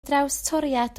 drawstoriad